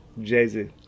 Jay-Z